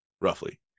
roughly